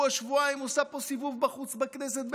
עושה פה סיבוב פה בחוץ בכנסת באיזו הצבעה,